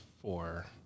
four